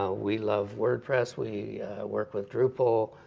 ah we love wordpress, we work with drupal.